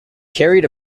carried